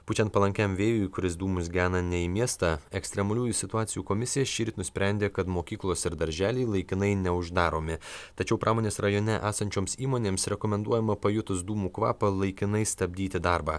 pučiant palankiam vėjui kuris dūmus gena ne į miestą ekstremaliųjų situacijų komisija šįryt nusprendė kad mokyklos ir darželiai laikinai neuždaromi tačiau pramonės rajone esančioms įmonėms rekomenduojama pajutus dūmų kvapą laikinai stabdyti darbą